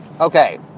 Okay